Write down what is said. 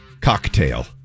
cocktail